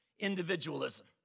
individualism